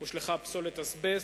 הושלכה פסולת אזבסט,